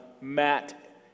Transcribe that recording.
Matt